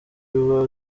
uba